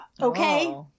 Okay